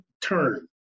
turn